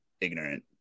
ignorant